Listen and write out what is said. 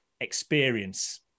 experience